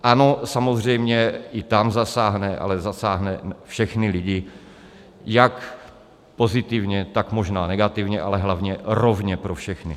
Ano, samozřejmě, i tam zasáhne, ale zasáhne všechny lidi, jak pozitivně, tak možná negativně, ale hlavně rovně pro všechny.